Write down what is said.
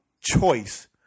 choice